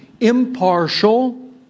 impartial